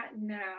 now